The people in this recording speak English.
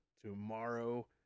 tomorrow